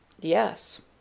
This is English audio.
Yes